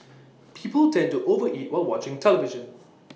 people tend to over eat while watching the television